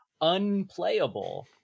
unplayable